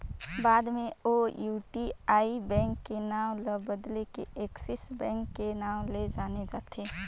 बाद मे ओ यूटीआई बेंक के नांव ल बदेल के एक्सिस बेंक के नांव ले जानथें